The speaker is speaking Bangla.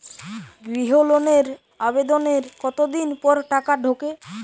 গৃহ লোনের আবেদনের কতদিন পর টাকা ঢোকে?